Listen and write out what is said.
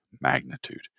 magnitude